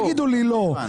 אל תגידו לי לא.